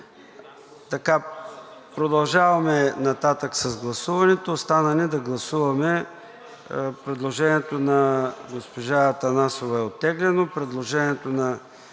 тон. Продължаваме нататък с гласуването. Остана ни да гласуваме предложението на госпожа Атанасова – оттеглено е. Предложението на